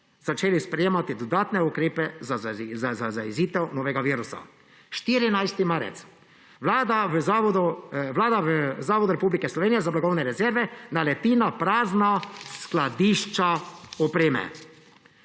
začeli sprejemati dodatne ukrepe za zajezitev novega virusa. 14. marec: Vlada v Zavodu Republike Slovenije za blagovne rezerve naleti na prazna skladišča opreme.